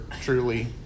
truly